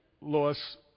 Lois